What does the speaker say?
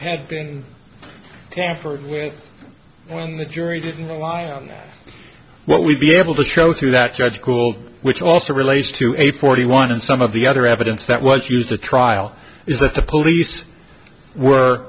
had been tampered with when the jury didn't rely on that well we'll be able to show through that judge pool which also relates to a forty one and some of the other evidence that was used the trial is that the police were